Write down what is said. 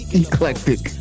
eclectic